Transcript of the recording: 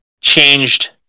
changed